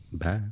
Bye